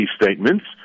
statements